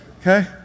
okay